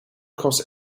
cost